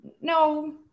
no